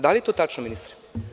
Da li je to tačno, ministre?